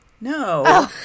No